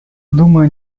думаю